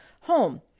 home